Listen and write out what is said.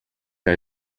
que